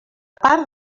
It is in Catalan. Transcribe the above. part